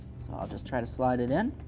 so i'll just try to slide it in.